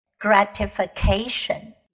gratification